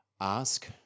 Ask